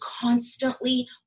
constantly